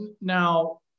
Now